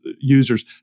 users